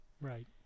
Right